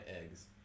eggs